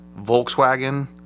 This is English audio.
Volkswagen